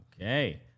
Okay